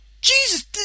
Jesus